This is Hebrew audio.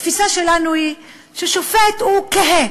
התפיסה שלנו היא ששופט הוא קהה,